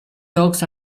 dogs